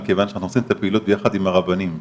כיוון שאנחנו עושים את הפעילות יחד עם הרבנים,